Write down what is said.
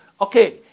Okay